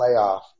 playoff